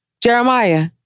Jeremiah